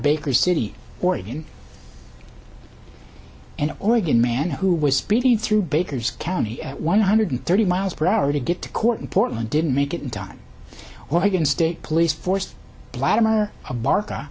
baker city oregon and oregon man who was speeding through baker's county at one hundred thirty miles per hour to get to court in portland didn't make it in time when i can state police force blatner a bar